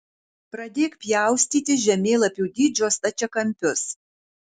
pradėk pjaustyti žemėlapių dydžio stačiakampius